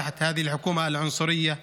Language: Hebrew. תחת הממשלה הגזענית הזאת,